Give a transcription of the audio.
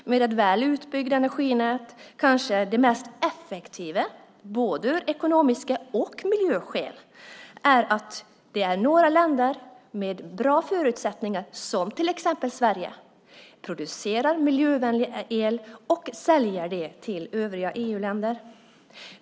Med ett väl utbyggt energinät kanske det mest effektiva, både av ekonomiska skäl och av miljöskäl, är att några länder med bra förutsättningar, som till exempel Sverige, producerar och säljer miljövänlig el till övriga EU-länder.